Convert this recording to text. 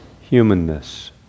humanness